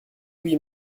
oui